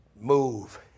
Move